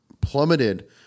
plummeted